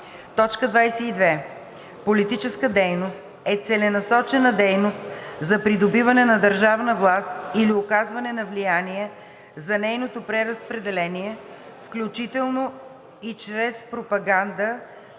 22. „Политическа дейност“ е целенасочена дейност за придобиване на държавна власт или оказване на влияние за нейното преразпределение, включително и чрез пропагандна